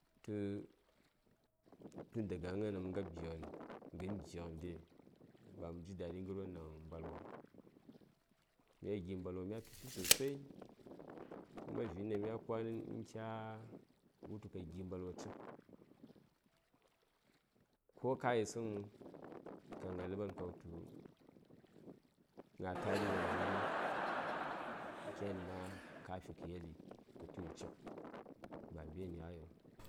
tə tun daga a gna:n ɗaŋ ngab gighən ghən gighən dai ba mə ji daɗi ghərwon daŋ mbalwaŋ mya gi mbalwa mya tuti sosai kuma vi:n ɗaŋ ya kwanən uhn kya wutu ka gi: mbalwa cik ko ka yisəŋ məŋ ka gnal ləɓan ka wultu gna taɗi daŋ mə wuli kyani ma kafi kə yeli kətu yi cik ba mberni ghaiŋ.